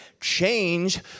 change